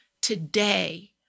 Today